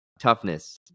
Toughness